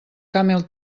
camel